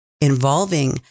involving